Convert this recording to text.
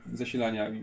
zasilania